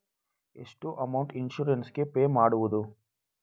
ಎಷ್ಟು amount insurance ಗೇ pay ಮಾಡುವುದು?